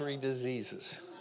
diseases